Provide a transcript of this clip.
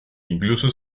incluso